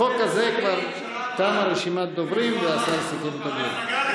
בחוק הזה כבר תמה רשימת הדוברים והשר סיכם את הדיון.